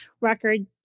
record